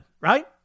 right